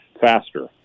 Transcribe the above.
faster